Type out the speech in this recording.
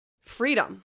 freedom